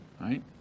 right